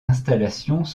installations